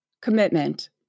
commitment